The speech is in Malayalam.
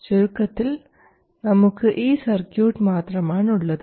ചുരുക്കത്തിൽ നമുക്ക് ഈ സർക്യൂട്ട് മാത്രമാണുള്ളത്